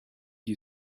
you